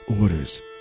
orders